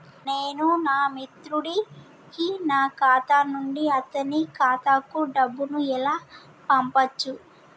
నేను నా మిత్రుడి కి నా ఖాతా నుండి అతని ఖాతా కు డబ్బు ను ఎలా పంపచ్చు?